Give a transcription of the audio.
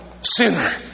sinner